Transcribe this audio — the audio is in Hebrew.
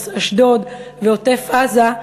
אשדוד ועוטף-עזה,